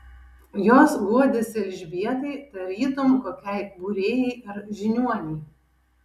jos guodėsi elžbietai tarytum kokiai būrėjai ar žiniuonei